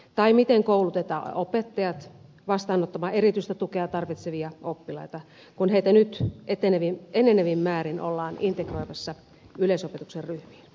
tai miten koulutetaan opettajat vastaanottamaan erityistä tukea tarvitsevia oppilaita kun heitä nyt enenevin määrin ollaan integroimassa yleisopetuksen ryhmiin